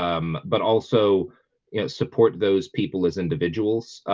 um, but also you know support those people as individuals,